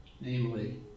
namely